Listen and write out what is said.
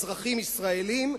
אזרחים ישראלים,